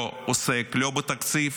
לא עוסק לא בתקציב